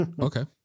Okay